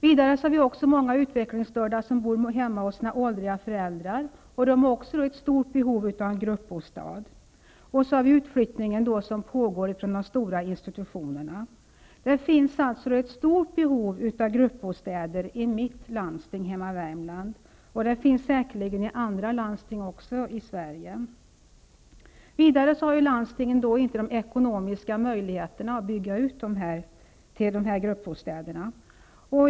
Vidare har vi många utvecklingsstörda som bor hemma hos sina åldriga föräldrar. De är också i stort behov av en gruppbostad. Sedan har vi också den utflyttning som pågår från de stora institutionerna. Det finns alltså ett stort behov av gruppbostäder i mitt landsting hemma i Värmland. Det gäller säkerligen också i andra landsting i Landstingen har inte de ekonomiska möjligheterna att bygga dessa gruppbostäder.